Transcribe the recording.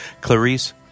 Clarice